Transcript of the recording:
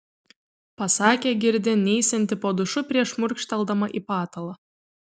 pasakė girdi neisianti po dušu prieš šmurkšteldama į patalą